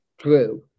True